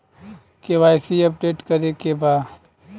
KYC update करे के बा?